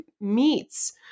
meets